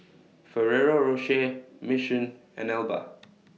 Ferrero Rocher Mission and Alba